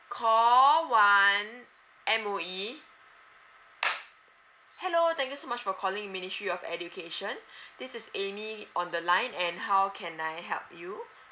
call one M_O_E hello thank you so much for calling ministry of education this is amy on the line and how can I help you